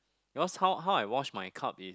because how how I wash my cup is